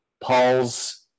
Paul's